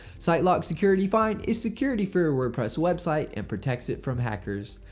sitelock security find is security for your wordpress website and protects it from hackers.